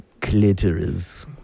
clitoris